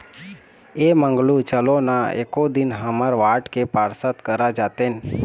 ऐ मंगलू चलो ना एको दिन हमर वार्ड के पार्षद करा जातेन